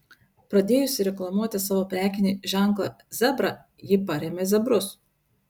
pradėjusi reklamuoti savo prekinį ženklą zebra ji parėmė zebrus